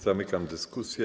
Zamykam dyskusję.